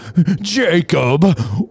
Jacob